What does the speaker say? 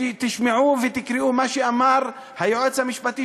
תשמעו ותקראו את מה שאמר היועץ המשפטי